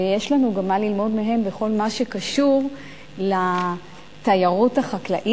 ויש לנו גם מה ללמוד מהם בכל מה שקשור לתיירות החקלאית.